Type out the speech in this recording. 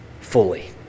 fully